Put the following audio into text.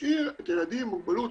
משאיר ילדים עם מוגבלות